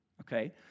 okay